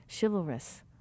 chivalrous